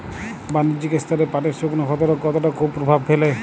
বাণিজ্যিক স্তরে পাটের শুকনো ক্ষতরোগ কতটা কুপ্রভাব ফেলে?